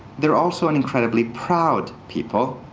they're also an incredibly proud people.